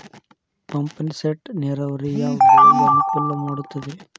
Pump set ನೇರಾವರಿ ಯಾವ್ ಬೆಳೆಗೆ ಅನುಕೂಲ ಮಾಡುತ್ತದೆ?